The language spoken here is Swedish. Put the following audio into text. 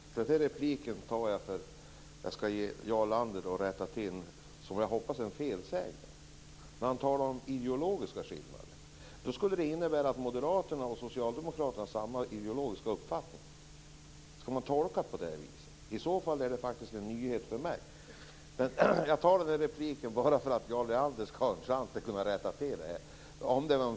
Herr talman! Jag begär denna replik för att ge Jarl Lander tillfälle att rätta till vad jag hoppas var en felsägning. Han talade om ideologiska skillnader. Det skulle innebära att Moderaterna och Socialdemokraterna har samma ideologiska uppfattning. Skall man tolka det på det viset? Detta är i så fall en nyhet för mig. Jag vill som sagt ge Jarl Lander en chans att rätta till detta.